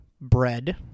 bread